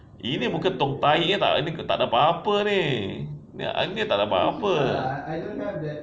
ini muka tong tahi tak ada apa-apa ni ni takde apa-apa